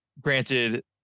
granted